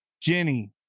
Jenny